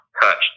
touch